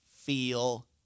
feel